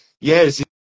Yes